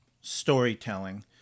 storytelling